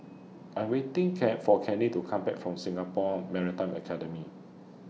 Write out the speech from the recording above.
I'm waiting fear For Kenney to Come Back from Singapore Maritime Academy